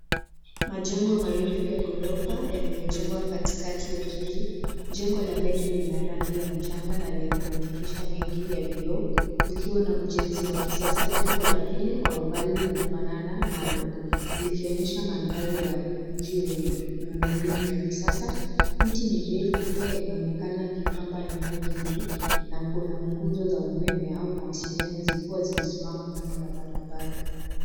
Majengo marefu ya ghorofa yamejengwa katikati ya eneo hili. Jengo la mbele lina rangi ya mchanga na lina madirisha mengi ya vioo, likionyesha usanifu wa kisasa. Jengo la pili lililo upande wa nyuma linafanana nalo, likidhihirisha mandhari ya ujenzi wa mawe na ubunifu wa kisasa. Miti ya kijani pia inaonekana ikipamba eneo hili